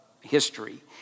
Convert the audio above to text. history